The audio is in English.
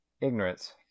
ignorance